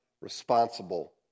responsible